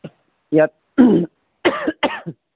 ইয়াত